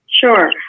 sure